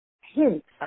hints